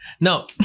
No